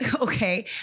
Okay